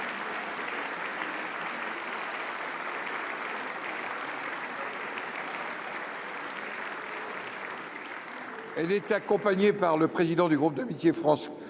Elle est accompagnée par le président du groupe d'amitié